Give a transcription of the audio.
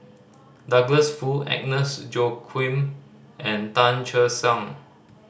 Douglas Foo Agnes Joaquim and Tan Che Sang